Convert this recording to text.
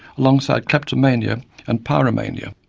alongside kleptomania and pyromania.